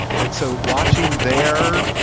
and so watching there,